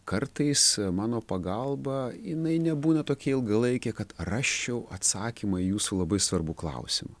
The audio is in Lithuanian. kartais mano pagalba jinai nebūna tokia ilgalaikė kad rasčiau atsakymą į jūsų labai svarbų klausimą